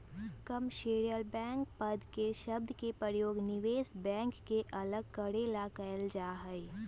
commercial bank पद के शब्द के प्रयोग निवेश बैंक से अलग करे ला कइल जा हई